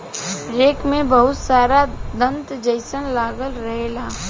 rake में बहुत सारा दांत जइसन लागल रहेला